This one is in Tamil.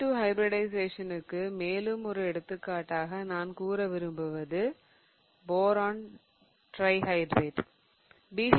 sp2 ஹைபிரிடிஷயேசனுக்கு மேலும் ஒரு எடுத்துக்காட்டாக நான் கூற விரும்புவது BH3